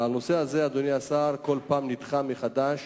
והנושא הזה, אדוני השר, כל פעם נדחה מחדש